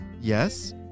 Yes